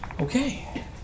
Okay